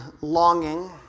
longing